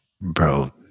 Bro